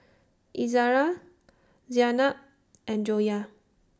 Izzara Zaynab and Joyah